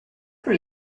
for